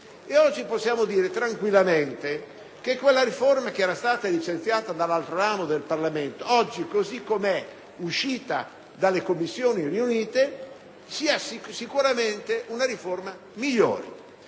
oggi possiamo dire tranquillamente che quella riforma che era stata licenziata dall'altro ramo del Parlamento, oggi, così com'è uscita dalle Commissioni riunite, sia sicuramente una riforma migliore,